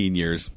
years